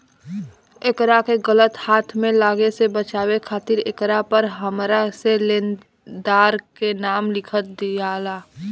एकरा के गलत हाथ में लागे से बचावे खातिर एकरा पर हरमेशा लेनदार के नाम लिख दियाला